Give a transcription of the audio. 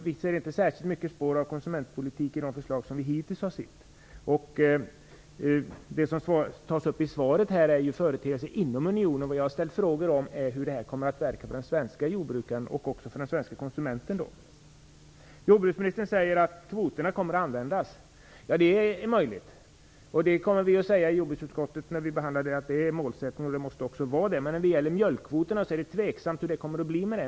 Vi ser inte särskilt stora spår av konsumentpolitik i de förslag som hittills har framlagts. I svaret nämns företeelser i unionen, men vad jag har frågat om är hur utfallet kommer att bli för den svenske jordbrukaren och även för den svenske konsumenten. Jordbruksministern säger att kvoterna kommer att användas. Ja, det är möjligt, och vi kommer när vi i jordbruksutskottet behandlar dessa att säga att detta måste vara målsättningen. När det gäller mjölkkvoterna är det dock tveksamt hur det kommer att bli.